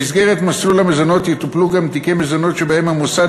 במסגרת מסלול המזונות יטופלו גם תיקי מזונות שבהם המוסד